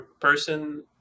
person